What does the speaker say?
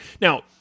now